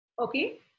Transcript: Okay